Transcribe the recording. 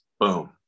boom